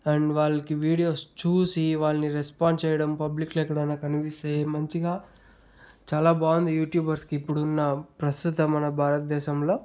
and వాళ్ళకి videos చూసి వాళ్ళను రెస్పాండ్ చేయడం పబ్లిక్లో ఎక్కడైన కనిపిస్తే మంచిగా చాలా బాగుంది యూట్యూబర్స్కి ఇప్పుడున్న ప్రస్తుత మన భారతదేశంలో